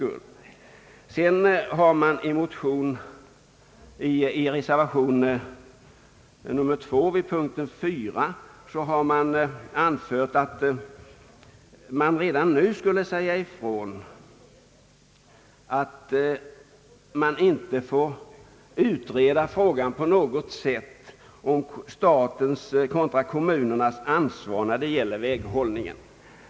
I reservation 2 vid punkten 4 begäres att riksdagen redan nu skall säga ifrån att man inte på något sätt får utreda frågan om statens ansvar kontra kommunernas när det gäller väghållningen.